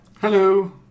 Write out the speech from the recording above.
Hello